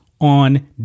on